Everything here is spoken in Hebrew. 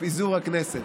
פיזור הכנסת.